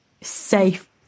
safe